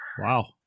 Wow